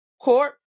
court